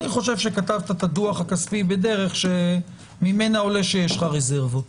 אני חושב שכתבת את הדוח הכספי בדרך שממנה עולה שיש לך רזרבות